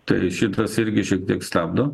tai šitas irgi šiek tiek stabdo